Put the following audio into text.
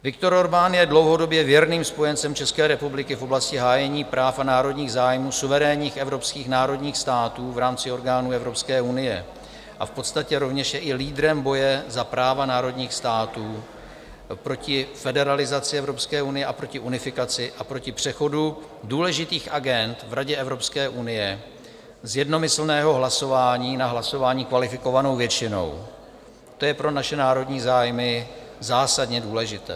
Viktor Orbán je i dlouhodobě věrným spojencem České republiky v oblasti hájení práv a národních zájmů suverénních evropských národních států v rámci orgánů Evropské unie a v podstatě rovněž je i lídrem boje za práva národních států proti federalizaci Evropské unie a proti unifikaci a proti přechodu důležitých agend v Radě Evropské unie z jednomyslného hlasování na hlasování kvalifikovanou většinou to je pro naše národní zájmy zásadně důležité.